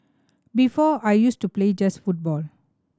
before I used to play just football